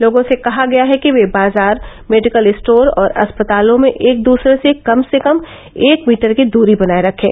लोगों से कहा गया है कि वे बाजार मेडिकल स्टोर और अस्पतालों में एक दूसरे से कम से कम एक मीटर की दूरी बनाये रखें